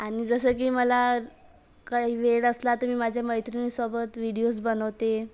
आणि जसं की मला काही वेळ असला तर मी माझ्या मैत्रिणीसोबत विडीओज् बनवते